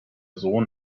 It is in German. sohn